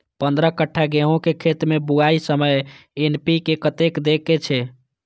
पंद्रह कट्ठा गेहूं के खेत मे बुआई के समय एन.पी.के कतेक दे के छे?